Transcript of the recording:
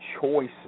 choices